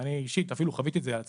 אני אישית אפילו חוויתי את זה על עצמי,